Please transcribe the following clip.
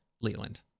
Leland